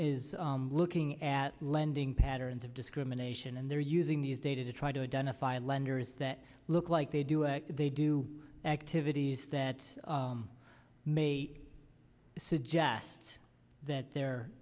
is looking at lending patterns of discrimination and they're using these data to try to identify lenders that look like they do and they do activities that may suggest that they're